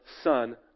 son